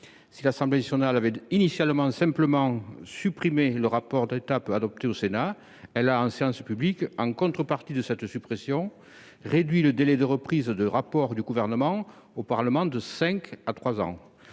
Si l'Assemblée nationale avait initialement simplement supprimé le rapport d'étape adopté par le Sénat, elle a ensuite, en contrepartie de cette suppression, réduit le délai de remise d'un rapport du Gouvernement au Parlement de cinq ans